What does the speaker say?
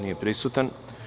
Nije prisutan.